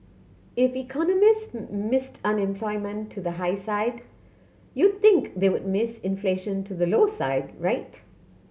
if economist missed unemployment to the high side you think they would miss inflation to the low side right